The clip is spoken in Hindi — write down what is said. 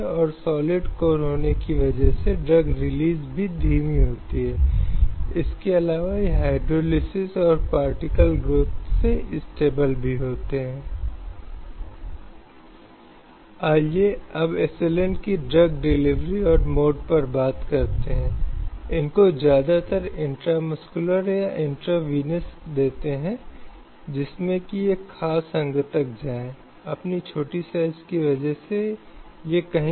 मानव गरिमा के साथ जीवन का अधिकार जो एक महिला सहित हर व्यक्ति को आश्वासन दिया गया है अभी भी हासिल किया जाना है क्योंकि कई क्षेत्रों में चाहे शिक्षा चाहे जन्म के मामलों में चाहे रोजगार के मामलों में चाहे सभी मामलों में वह कहीं न कहीं है